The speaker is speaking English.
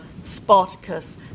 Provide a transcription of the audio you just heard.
Spartacus